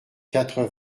quatre